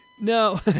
No